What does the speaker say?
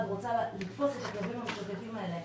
רוצה לתפוס את הכלבים המשוטטים האלה,